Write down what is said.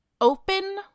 open